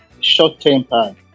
short-tempered